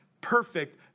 perfect